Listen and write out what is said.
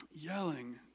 yelling